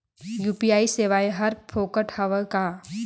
UPI सेवाएं हर फोकट हवय का?